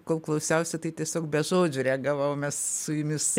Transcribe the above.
kol klausiausi tai tiesiog be žodžių reagavau mes su jumis